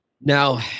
now